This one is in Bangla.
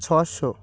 ছশো